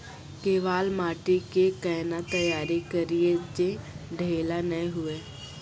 केवाल माटी के कैना तैयारी करिए जे ढेला नैय हुए?